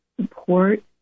support